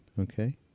Okay